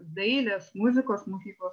dailės muzikos mokyklos